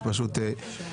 וזה פשוט מזעזע.